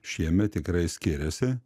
šiemet tikrai skiriasi